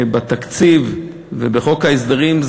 וזה פחות בא לידי ביטוי בתקציב ובחוק ההסדרים.